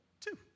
two